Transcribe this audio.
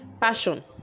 passion